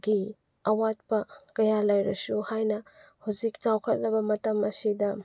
ꯒꯤ ꯑꯋꯥꯠꯄ ꯀꯌꯥ ꯂꯩꯔꯁꯨ ꯍꯥꯏꯅ ꯍꯧꯖꯤꯛ ꯆꯥꯎꯈꯠꯂꯕ ꯃꯇꯝ ꯑꯁꯤꯗ